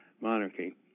monarchy